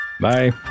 Bye